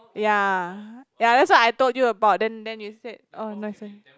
ya ya that's what I told you about then then then you said oh no it's okay